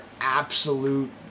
absolute